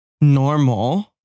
normal